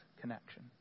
connection